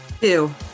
Two